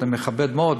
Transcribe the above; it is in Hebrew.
אני מכבד מאוד,